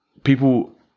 People